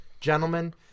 gentlemen